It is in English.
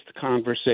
conversation